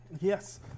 Yes